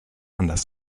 anders